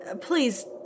Please